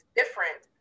different